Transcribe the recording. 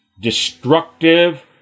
Destructive